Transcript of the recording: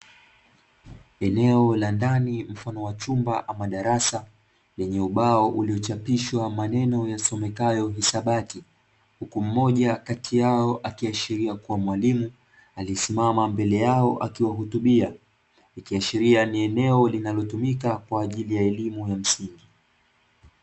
Eneo la ndani mfano wa chumba ama darasa, lenye ubao uliochapishwa maneno yasomekayo hisabati, huku mmoja kati yao akiashiria kuwa mwalimu alisimama mbele yao akiwahutubia, akiashiria ni eneo linalotumika kwa ajili ya elimu ya msingi.